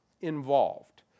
involved